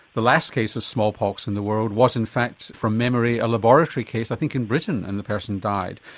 the last case of smallpox in the world was in fact from memory a laboratory case, i think in britain, and the person died.